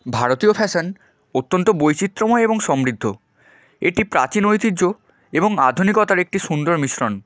ভারতীয় ফ্যাশন অত্যন্ত বৈচিত্র্যময় এবং সমৃদ্ধ এটি প্রাচীন ঐতিহ্য এবং আধুনিকতার একটি সুন্দর মিশ্রণ